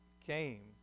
came